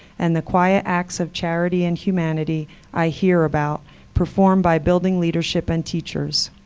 and the quiet acts of charity and humanity i hear about performed by building leadership and teachers.